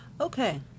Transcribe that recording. Okay